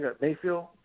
Mayfield